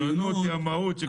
הציונות היא המהות של כנסת ישראל.